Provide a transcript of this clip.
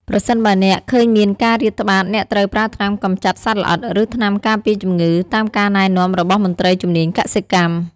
ប្រសិនបើអ្នកឃើញមានការរាតត្បាតអ្នកត្រូវប្រើថ្នាំកម្ចាត់សត្វល្អិត ឬ ថ្នាំការពារជំងឺ តាមការណែនាំរបស់មន្ត្រីជំនាញកសិកម្ម។